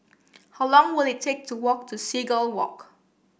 how long will it take to walk to Seagull Walk